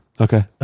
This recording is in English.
Okay